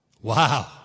Wow